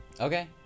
okay